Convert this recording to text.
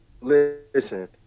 Listen